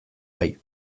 bai